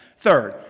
third,